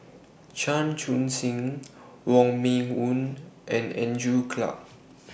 Chan Chun Sing Wong Meng Voon and Andrew Clarke